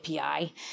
API